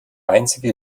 einzige